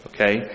Okay